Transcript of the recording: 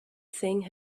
thing